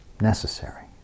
necessary